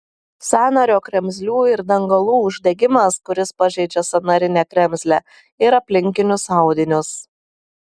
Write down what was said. sąnario kremzlių ir dangalų uždegimas kuris pažeidžia sąnarinę kremzlę ir aplinkinius audinius